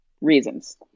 reasons